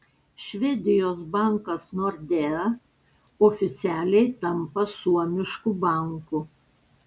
švedijos bankas nordea oficialiai tampa suomišku banku